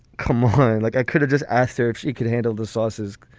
come home. like, i could've just asked her if she could handle the sauces.